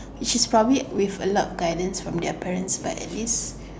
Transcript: she studied with a lot of guidance from their parents but at least